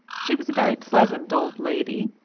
she was a very pleasant old lady,